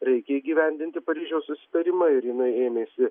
reikia įgyvendinti paryžiaus susitarimą ir jinai ėmėsi